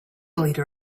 leader